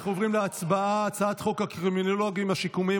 אנחנו עוברים להצבעה על הצעת חוק הקרימינולוגים השיקומיים,